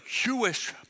Jewish